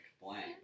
blank